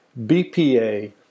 BPA